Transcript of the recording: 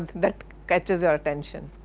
that catches your attention?